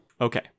Okay